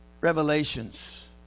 Revelations